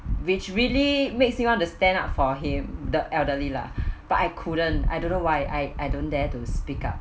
which really makes you want to stand up for him the elderly lah but I couldn't I don't know why I I don't dare to speak up